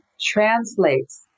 translates